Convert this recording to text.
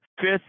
Fifth